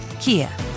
Kia